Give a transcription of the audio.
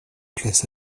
classe